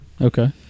Okay